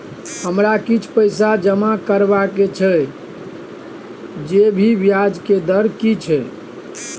हमरा किछ पैसा जमा करबा के छै, अभी ब्याज के दर की छै?